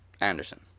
Anderson